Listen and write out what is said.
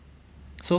so